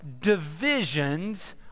divisions